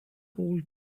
whole